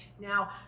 Now